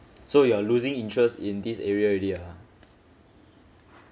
so you are losing interest in this area already ah